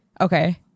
okay